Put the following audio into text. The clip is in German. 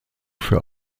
für